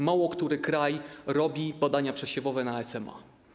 Mało który kraj robi badania przesiewowe na SMA.